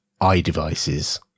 iDevices